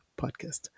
Podcast